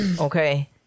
okay